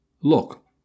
Look